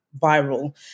viral